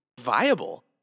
viable